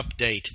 update